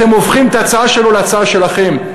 אתם הופכים את ההצעה שלו להצעה שלכם,